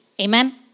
Amen